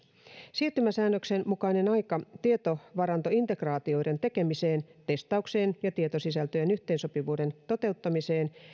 siirtymäsäännöksen mukainen aika tietovarantointegraatioiden tekemiseen testaukseen ja tietosisältöjen yhteensopivuuden toteuttamiseen